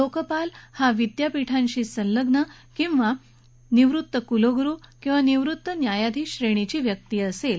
लोकपाल हा विद्यापीठांशी संलग्न व्यक्ती अथवा निवृत्त कुलगुरु किंवा निवृत्त न्यायधीश श्रेणीचा व्यक्ती असणार आहेत